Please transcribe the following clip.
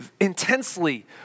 intensely